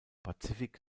pazifik